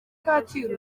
kacyiru